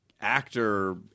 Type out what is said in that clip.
actor